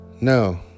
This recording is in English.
No